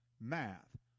math